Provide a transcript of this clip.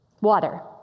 Water